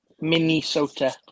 Minnesota